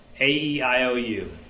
A-E-I-O-U